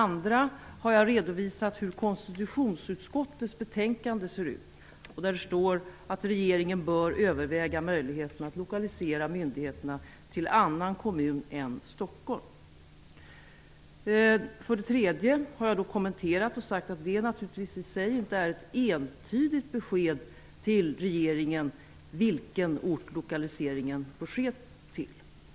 För det andra redovisade jag hur konstitutionsutskottets betänkande ser ut. Där står det att regeringen bör överväga möjligheten att lokalisera myndigheterna till annan kommun än För det tredje har jag kommenterat det och sagt att det i sig inte är ett entydigt besked till regeringen om vilken ort lokaliseringen bör ske till.